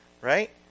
right